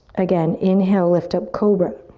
again, inhale, lift up, cobra.